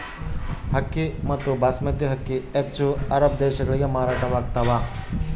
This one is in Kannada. ಅಕ್ಕಿ ಮತ್ತು ಬಾಸ್ಮತಿ ಅಕ್ಕಿ ಹೆಚ್ಚು ಅರಬ್ ದೇಶಗಳಿಗೆ ಮಾರಾಟವಾಗ್ತಾವ